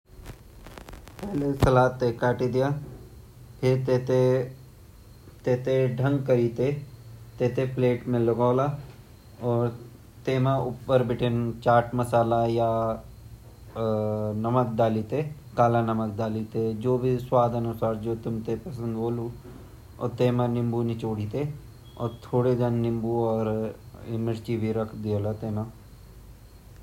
Simple salad छिन, simple salad ते ता हम द्वै ते आपा प्लेट मा जन हमुन खीरो सलाद बडोड़ ता खीरा चारो तरफ ते राखी ते वेगा बीच मा योक नींबू काटी ते रख दया योक टमाटर कटी ते रख दया अर योक-द्वी हरी मिर्च कटी ते रख दया ता यु हमा सीमप्ले सलाद ड्रेसिंग वेते बांड जांदू।